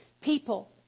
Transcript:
people